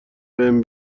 بهم